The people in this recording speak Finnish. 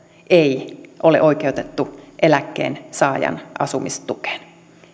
ei ole oikeutettu eläkkeensaajan asumistukeen